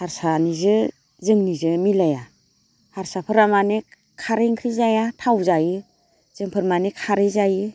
हारसानिजो जोंनिजो मिलाया हारसाफोरा माने खारै ओंख्रि जाया थाव जायो जोंफोर माने खारै जायो